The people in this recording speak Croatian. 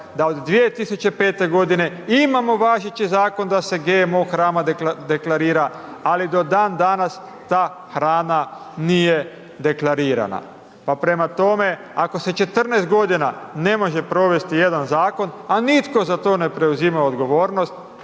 da od 2005. g. imamo važeći zakon da se GMO hrana deklarira, ali do dan danas, ta hrana nije deklarirana. Prema tome, ako se 14 g. ne može provesti jedan zakon, a nitko za to ne preuzima odgovornost,